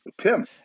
Tim